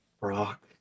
Rock